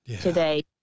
today